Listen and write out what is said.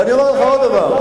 ואני אומר לך עוד דבר.